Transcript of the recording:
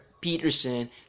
Peterson